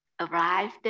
arrived